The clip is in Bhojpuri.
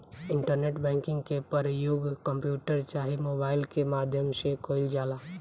इंटरनेट बैंकिंग के परयोग कंप्यूटर चाहे मोबाइल के माध्यम से कईल जाला